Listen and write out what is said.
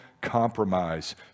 compromise